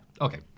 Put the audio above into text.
Okay